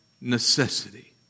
necessity